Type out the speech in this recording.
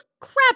crap